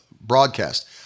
broadcast